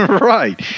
Right